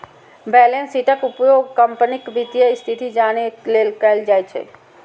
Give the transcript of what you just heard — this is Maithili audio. बैलेंस शीटक उपयोग कंपनीक वित्तीय स्थिति जानै लेल कैल जाइ छै